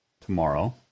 tomorrow